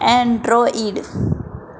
android